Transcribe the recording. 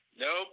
Nope